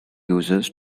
users